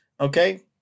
Okay